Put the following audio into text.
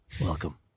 welcome